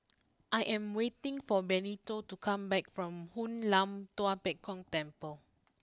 I am waiting for Benito to come back from Hoon Lam Tua Pek Kong Temple